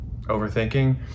overthinking